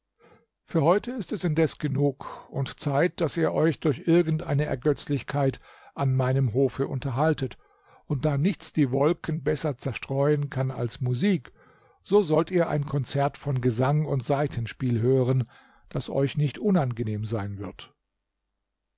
für heute ist es indes genug und zeit daß ihr euch durch irgend eine ergötzlichkeit an meinem hofe unterhaitet und da nichts die wolken besser zerstreuen kann als musik so sollt ihr ein konzert von gesang und saitenspiel hören das euch nicht unangenehm sein wird